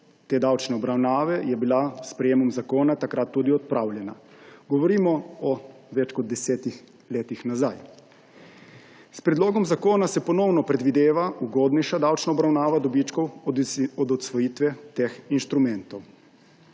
te davčne obravnave je bila s sprejetjem zakona takrat tudi odpravljena. Govorimo o več kot 10 letih nazaj. S predlogom zakona se ponovno predvideva ugodnejša davčna obravnava dobičkov od odsvojitve teh instrumentov.